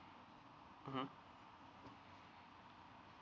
mmhmm